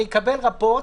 אני אקבל רפורט,